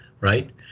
right